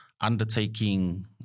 undertaking